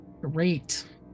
great